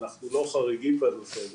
אנחנו לא חריגים בנושא הזה.